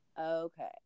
Okay